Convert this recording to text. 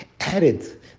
added